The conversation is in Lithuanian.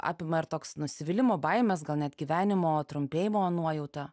apima ir toks nusivylimo baimės gal net gyvenimo trumpėjimo nuojauta